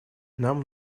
нам